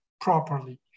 properly